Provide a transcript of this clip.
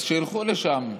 אז שילכו לשם.